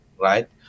right